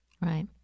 Right